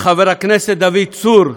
ולחבר הכנסת דוד צור,